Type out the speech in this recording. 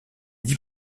dix